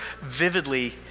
vividly